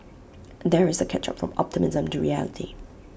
there is A catch up from optimism to reality